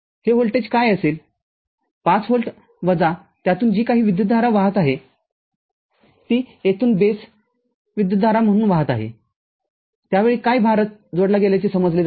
हे voltage VCC असेल५ volt वजा त्यातून जी काही विद्युतधारा वाहत आहे ती येथून बेस विद्युतधारा म्हणून वाहत आहे यावेळी काही भारजोडला गेल्याचे समजले जाते